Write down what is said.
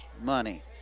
money